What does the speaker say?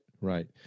right